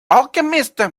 alchemist